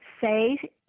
say